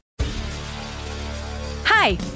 Hi